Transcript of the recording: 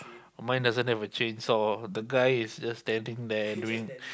mine doesn't have a chainsaw the guy is just standing there doing